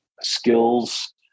skills